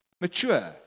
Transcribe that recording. mature